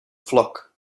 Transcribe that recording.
flock